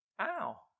ow